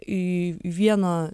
į vieną